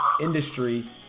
industry